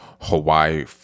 hawaii